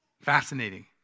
Fascinating